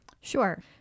Sure